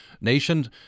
nation